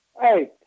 Hey